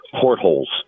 portholes